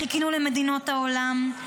חיכינו למדינות העולם,